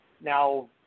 Now